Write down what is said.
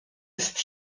ist